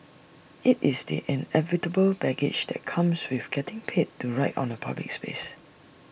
IT is the inevitable baggage that comes with getting paid to write on A public space